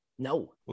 No